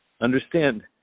understand